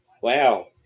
Wow